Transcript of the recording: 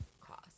cost